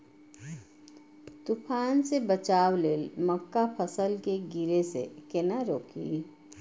तुफान से बचाव लेल मक्का फसल के गिरे से केना रोकी?